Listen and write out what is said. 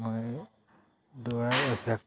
মই দৌৰাৰ অভ্যাসটো